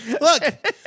look